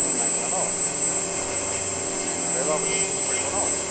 অঁ নাই কৰা ন হয় হয় এইবাৰ আপুনি প্ৰথম কৰিব ন